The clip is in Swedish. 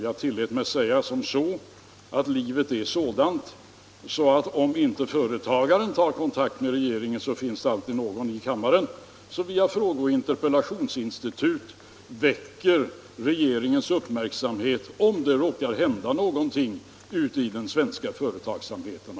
Jag tillät mig säga att om inte företagaren tar kontakt med regeringen, så finns det alltid någon i kammaren som via fråge och interpellationsinstitut väcker regeringens uppmärksamhet, ifall det råkar hända någonting av ett eller annat slag ute i den svenska företagsamheten.